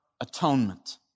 atonement